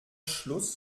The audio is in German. schluss